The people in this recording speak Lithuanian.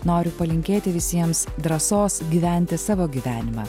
noriu palinkėti visiems drąsos gyventi savo gyvenimą